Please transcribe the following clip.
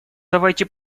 давайте